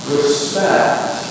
Respect